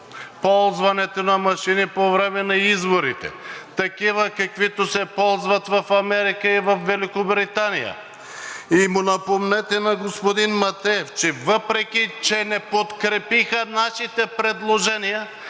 ползването на машини по време на изборите – такива, каквито се ползват в Америка и Великобритания. И му напомнете на господин Матеев – въпреки че не подкрепиха нашите предложения,